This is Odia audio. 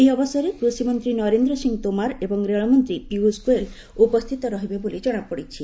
ଏହି ଅବସରରେ କୃଷିମନ୍ତ୍ରୀ ନରେନ୍ଦ୍ର ସିଂହ ତୋମାର ଏବଂ ରେଳମନ୍ତ୍ରୀ ପିୟୁଷ ଗୋୟଲ୍ ଉପସ୍ଥିତ ରହିବେ ବୋଲି କଣାପଡ଼ିଛି